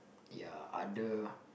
ya other